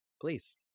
Please